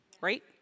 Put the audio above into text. right